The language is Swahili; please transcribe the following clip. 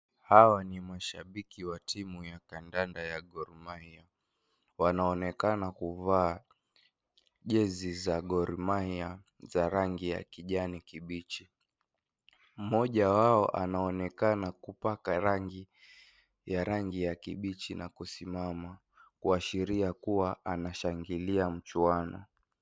Hawa ni mashabiki wa timu ya kandanda ya Gor Mahia. Wanaonekana kuvaa jezi za Gor Mahia za rangi ya kijani kibichi. Mmoja wao anaonekana kupaka rangi ya rangi ya kibichi na kusimama kuashiria kuwa anashangilia mchuano.